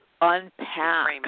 unpack